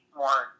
more